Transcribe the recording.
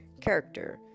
character